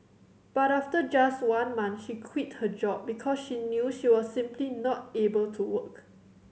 but after just one month she quit her job because she knew she was simply not able to work